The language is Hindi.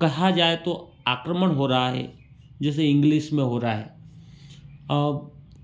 कहा जाए तो आक्रमण हो रहा है जैसे इंग्लिस में हो रहा है